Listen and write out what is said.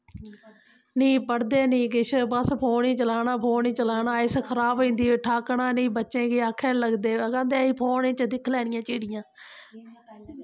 नेईं पढ़दे नेईं किश बस फोन गै चलाना फोन गै चलाना इस खऱाब होई जंदी ठाकना नी बच्चें गी आक्खै निं लगदे अग्गें आखदे असी फोन च दिक्खी लैनियां चिड़ियां